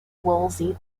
woolsey